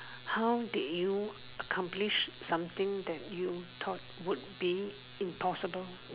how did you accomplish something that you thought would be impossible